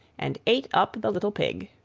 and ate up the little pig.